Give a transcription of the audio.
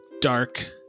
dark